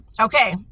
Okay